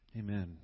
Amen